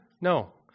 No